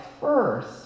first